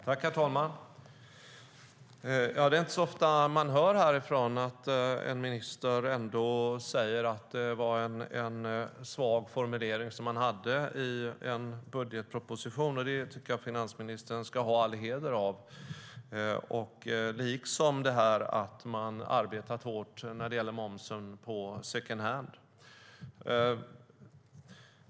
Herr talman! Det är inte så ofta vi hör en minister säga att man har en svag formulering i en budgetproposition. Det tycker jag att finansministern ska ha all heder av, liksom att man har arbetat hårt när det gäller momsen på secondhand.